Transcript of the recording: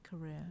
career